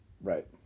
right